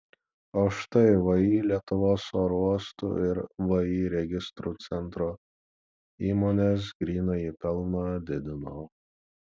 o štai vį lietuvos oro uostų ir vį registrų centro įmonės grynąjį pelną didino